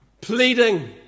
pleading